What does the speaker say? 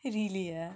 really ah